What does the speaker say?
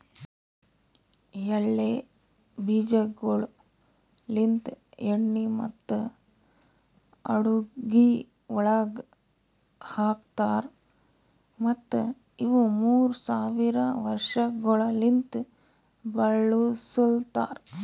ಎಳ್ಳ ಬೀಜಗೊಳ್ ಲಿಂತ್ ಎಣ್ಣಿ ಮತ್ತ ಅಡುಗಿ ಒಳಗ್ ಹಾಕತಾರ್ ಮತ್ತ ಇವು ಮೂರ್ ಸಾವಿರ ವರ್ಷಗೊಳಲಿಂತ್ ಬೆಳುಸಲತಾರ್